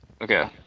Okay